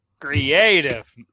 Creative